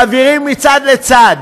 מעבירים מצד לצד.